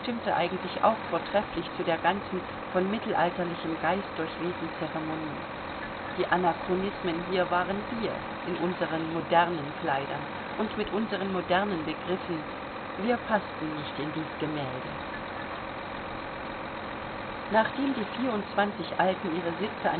eigentlich auch vortrefflich zu der ganzen von mittelalterlichem geist durchwehten ceremonie die anachronismen hier waren wir in unseren modernen kleidern und mit unseren modernen begriffen wir paßten nicht in dies gemälde nachdem die vierundzwanzig alten ihre sitze